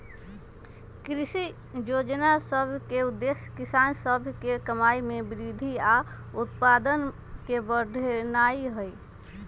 कृषि जोजना सभ के उद्देश्य किसान सभ के कमाइ में वृद्धि आऽ उत्पादन के बढ़ेनाइ हइ